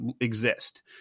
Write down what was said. exist